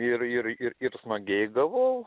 ir ir ir ir smagiai gavau